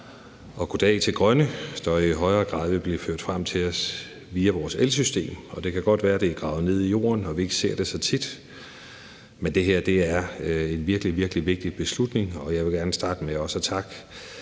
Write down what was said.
goddag til grønne, der i højere grad vil blive ført frem til os via vores elsystem. Det kan godt være, at det er gravet ned i jorden og vi ikke ser det så tit, men det her er en virkelig, virkelig vigtig beslutning, og jeg vil gerne starte med også at takke